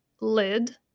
lid